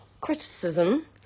criticism